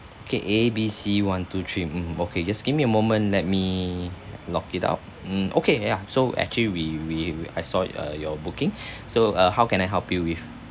okay A B C one two three mm okay just give me a moment let me log it out mm okay ya so actually we we I saw uh your booking so uh how can I help you with